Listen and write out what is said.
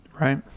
Right